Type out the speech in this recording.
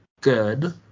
good